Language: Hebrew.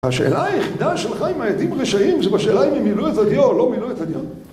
השאלה היחידה שלך אם העדים רשעים זה בשאלה אם הם מילאו את הדיו או לא מילאו את הדיו?